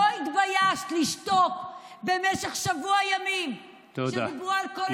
לא התביישת לשתוק במשך שבוע ימים כשדיברו על קולגה שלך,